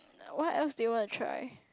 what else they want to try